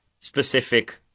specific